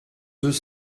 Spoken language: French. deux